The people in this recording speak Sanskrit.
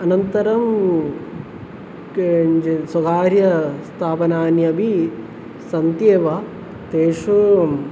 अनन्तरं किञ्जिद् स्वकार्यस्थापनान्यपि सन्ति एव तेषु